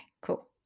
Cool